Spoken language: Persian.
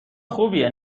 خوبیه